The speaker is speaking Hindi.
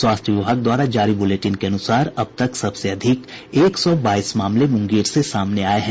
स्वास्थ्य विभाग द्वारा जारी बुलेटिन के अनुसार अब तक सबसे अधिक एक सौ बाईस मामले मुंगेर से सामने आये हैं